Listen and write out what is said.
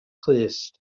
clust